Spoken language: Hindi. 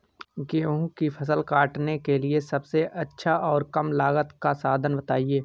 गेहूँ की फसल काटने के लिए सबसे अच्छा और कम लागत का साधन बताएं?